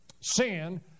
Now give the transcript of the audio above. Sin